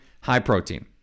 high-protein